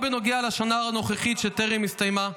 מה בנוגע לשנה הנוכחית שטרם הסתיימה?